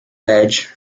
badge